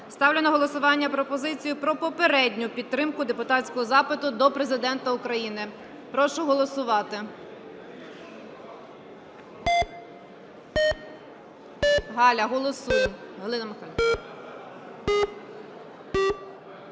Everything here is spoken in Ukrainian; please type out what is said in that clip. Ставлю на голосування пропозицію про попередню підтримку депутатського запиту до Президента України. Прошу голосувати. Галя, голосуємо. Галина Миколаївна.